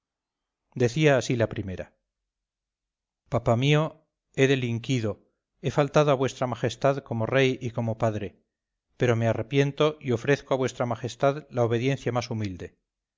decía así la primera papá mío he delinquido he faltado a v m como rey y como padre pero me arrepiento y ofrezco a v m la obediencia más humilde